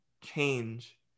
change